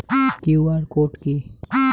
QR code কি?